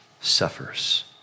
suffers